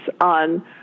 on